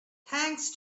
thanks